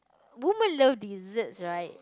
woman love desserts right